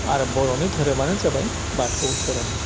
आरो बर'नि धोरोमानो जाबाय बाथौ धोरोम